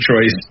choice –